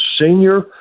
senior